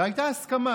והייתה הסכמה